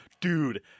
Dude